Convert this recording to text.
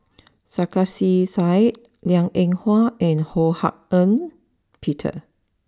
Sarkasi Said Liang Eng Hwa and Ho Hak Ean Peter